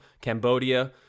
Cambodia